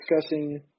discussing